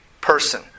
person